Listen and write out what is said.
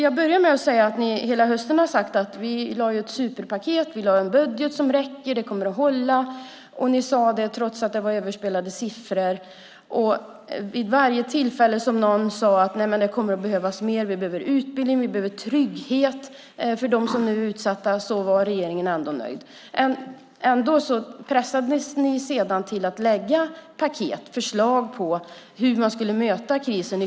Ni sade under hela hösten att ni hade lagt fram ett superpaket och en budget som räcker. Ni sade det trots att det var överspelade siffror. Vid varje tillfälle som någon sade att det kommer att behövas mer, att det behövs utbildning och trygghet för dem som nu är utsatta, var regeringen ändå nöjd. Ändå pressades ni sedan till att lägga fram paket med ytterligare förslag på hur ni skulle möta krisen.